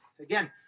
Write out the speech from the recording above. Again